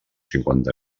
cinquanta